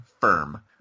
firm